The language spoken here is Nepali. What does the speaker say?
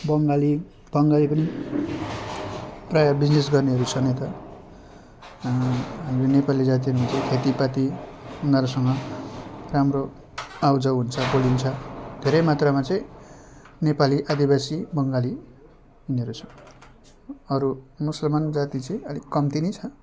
बङ्गाली बङ्गाली पनि प्रायः बिजिनेस गर्नेहरू छन् यता हाम्रो नेपाली जातिहरूमा चाहिँ खेतीपाती उनीहरूसँग राम्रो आउ जाउ हुन्छ बोलिन्छ धेरै मात्रमा चाहिँ नेपाली आदिवासी बङ्गाली यिनीहरू छ अरू मुसुलमान जाति चाहिँ अलिक कम्ती नै छ